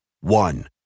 One